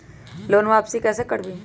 Loan वापसी कैसे करबी?